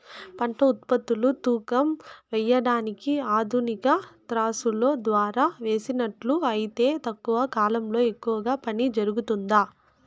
పంట ఉత్పత్తులు తూకం వేయడానికి ఆధునిక త్రాసులో ద్వారా వేసినట్లు అయితే తక్కువ కాలంలో ఎక్కువగా పని జరుగుతుందా?